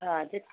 ହଁ ଯେ